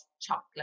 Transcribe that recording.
chocolate